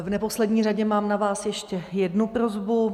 V neposlední řadě mám na vás ještě jednu prosbu.